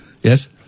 Yes